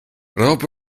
rob